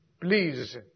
Please